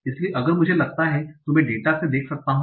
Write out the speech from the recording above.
इसलिए अगर मुझे लगता है तो मैं डेटा से देख सकता हूं